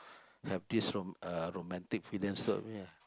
have this ro~ uh romantic feelings toward me lah